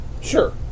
Sure